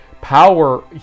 power